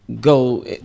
go